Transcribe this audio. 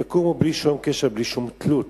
הם יקומו בלי שום קשר ובלי שום תלות.